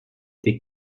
des